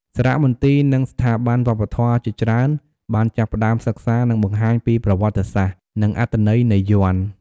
សារមន្ទីរ និងស្ថាប័នវប្បធម៌ជាច្រើនបានចាប់ផ្ដើមសិក្សា និងបង្ហាញពីប្រវត្តិសាស្រ្ត និងអត្ថន័យនៃយ័ន្ត។